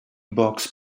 box